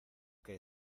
que